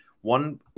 One